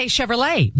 Chevrolet